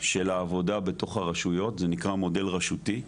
של העבודה בתוך הרשויות, זה נקרא מודל רשותי,